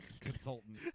consultant